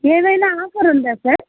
ఏదయినా ఆఫర్ ఉందా సార్